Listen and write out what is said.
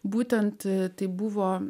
būtent tai buvo